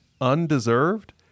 Undeserved